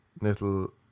little